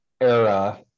era